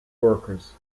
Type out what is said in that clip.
workers